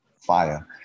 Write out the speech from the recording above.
fire